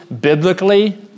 biblically